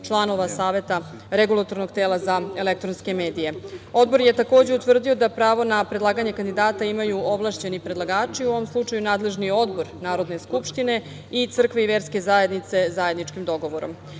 članova Saveta REM.Odbor je takođe utvrdio da pravo na predlaganje kandidata imaju ovlašćeni predlagači, u ovom slučaju nadležni odbor Narodne skupštine i crkve i verske zajednice zajedničkim dogovorom.